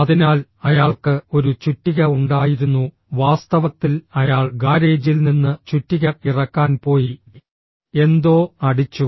അതിനാൽ അയാൾക്ക് ഒരു ചുറ്റിക ഉണ്ടായിരുന്നു വാസ്തവത്തിൽ അയാൾ ഗാരേജിൽ നിന്ന് ചുറ്റിക ഇറക്കാൻ പോയി എന്തോ അടിച്ചു